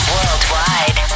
Worldwide